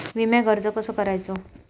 विम्याक अर्ज कसो करायचो?